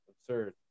absurd